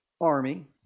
army